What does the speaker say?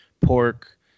pork